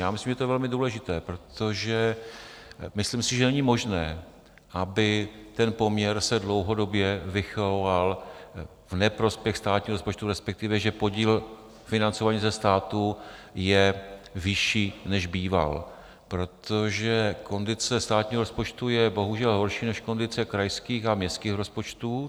Já myslím, že to je velmi důležité, protože si myslím, že není možné, aby ten poměr se dlouhodobě vychyloval v neprospěch státního rozpočtu, respektive že podíl financování ze státu je vyšší, než býval, protože kondice státního rozpočtu je bohužel horší než kondice krajských a městských rozpočtů.